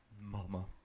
Mama